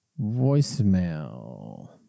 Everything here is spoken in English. voicemail